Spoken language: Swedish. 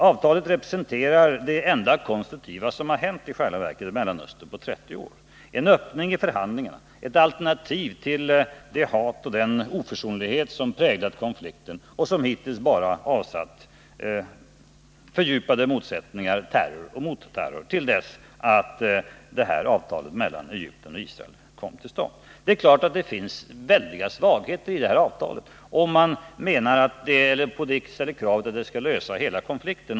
Avtalet representerar i själva verket det enda konstruktiva som har hänt i Mellanöstern på 30 år — en öppning i förhandlingarna, ett alternativ till det hat och den oförsonlighet som präglat konflikten och som bara har avsatt fördjupade motsättningar, terror och motterror till dess att detta avtal mellan Egypten och Israel kom till stånd. Det är klart att det finns stora svagheter i detta avtal, om kravet är att det skall lösa hela konflikten.